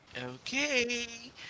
Okay